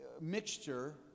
mixture